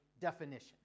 definition